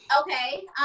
okay